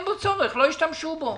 אם אין בו צורך אז לא ישתמשו בו,